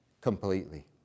completely